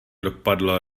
dopadlo